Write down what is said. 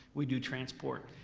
we do transport.